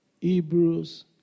Hebrews